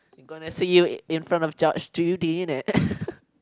you gonna say you in front of judge did you it